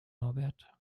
norbert